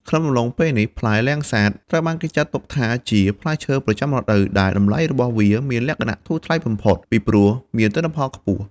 ក្នុងអំឡុងពេលនេះ ផ្លែលាំងសាតត្រូវបានចាត់ទុកថាជា ផ្លែឈើប្រចាំរដូវ ដែលតម្លៃរបស់វាមានលក្ខណៈធូរថ្លៃបំផុត ពីព្រោះមានទិន្នផលខ្ពស់។